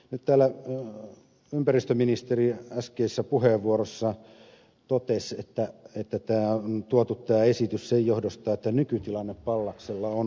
nyt täällä ympäristöministeri äskeisessä puheenvuorossaan totesi että tämä esitys on tuotu sen johdosta että nykytilanne pallaksella on huono